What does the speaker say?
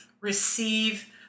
receive